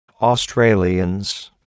Australians